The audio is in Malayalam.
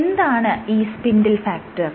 എന്താണ് ഈ സ്പിൻഡിൽ ഫാക്ടർ